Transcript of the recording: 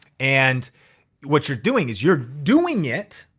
and what you're doing is you're doing it,